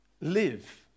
Live